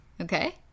Okay